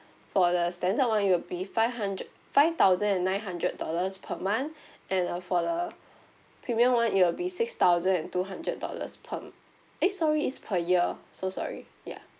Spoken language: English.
for the standard one it will be five hundred five thousand and nine hundred dollars per month and the for the premium one it'll be six thousand and two hundred dollars per m~ eh sorry it's per year so sorry ya